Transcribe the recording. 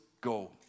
go